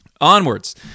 onwards